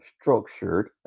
structured